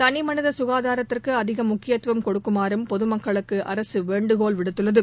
தளிமளித சுகாதாரத்திற்கு அதிக முக்கியத்துவம் கொடுக்குமாறும் பொதுமக்களுக்கு அரசு வேண்டுகோள் விடுத்துள்ளது